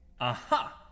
Aha